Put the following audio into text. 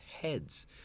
heads